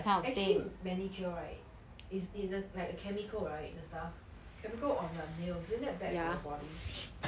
actually manicure right is is there's like a chemical right and stuff chemical on the nail isn't that bad for your body